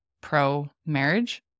pro-marriage